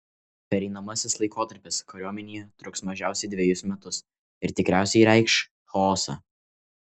pereinamasis laikotarpis kariuomenėje truks mažiausiai dvejus metus ir tikriausiai reikš chaosą